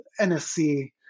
NSC